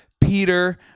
Peter